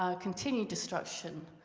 ah continued destruction,